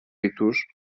ritus